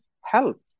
help